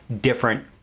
different